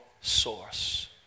source